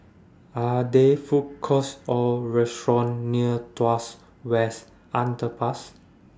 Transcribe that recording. Are There Food Courts Or restaurants near Tuas West Underpass